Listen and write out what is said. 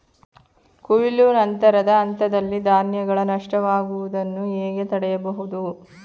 ಕೊಯ್ಲು ನಂತರದ ಹಂತದಲ್ಲಿ ಧಾನ್ಯಗಳ ನಷ್ಟವಾಗುವುದನ್ನು ಹೇಗೆ ತಡೆಯಬಹುದು?